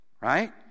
Right